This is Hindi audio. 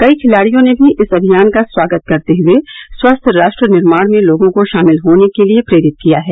कई खिलाडियों ने भी इस अभियान का स्वागत करते हुए स्वस्थ राष्ट्र निर्माण में लोगों को शामिल होने के लिए प्रेरित किया है